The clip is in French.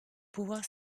pouvoir